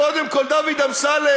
קודם כול, דוד אמסלם,